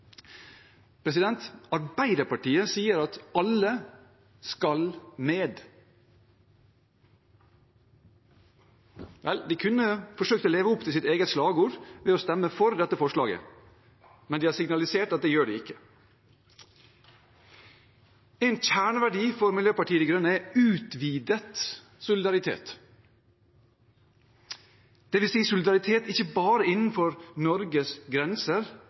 Arbeiderpartiet sier at alle skal med. Vel, de kunne forsøkt å leve opp til sitt eget slagord ved å stemme for dette forslaget, men de har signalisert at det gjør de ikke. En kjerneverdi for Miljøpartiet De Grønne er utvidet solidaritet, dvs. solidaritet ikke bare innenfor Norges grenser,